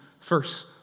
first